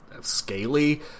scaly